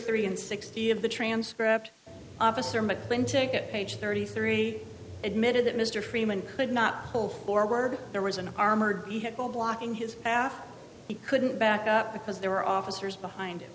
three and sixty of the transcript officer mcclintic page thirty three admitted that mr freeman could not go forward there was an armored vehicle blocking his half he couldn't back up because there were officers behind